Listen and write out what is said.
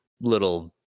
little